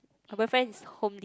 my boyfriend is homely